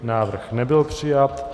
Návrh nebyl přijat.